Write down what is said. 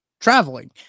traveling